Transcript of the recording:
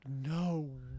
no